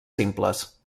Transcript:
simples